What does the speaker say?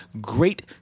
great